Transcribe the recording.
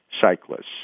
cyclists